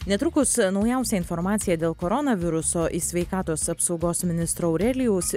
netrukus naujausia informacija dėl koronaviruso iš sveikatos apsaugos ministro aurelijaus